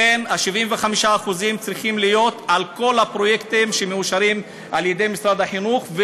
לכן ה-75% צריכים להיות על כל הפרויקטים שמאושרים על-ידי משרד החינוך,